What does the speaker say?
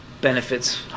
benefits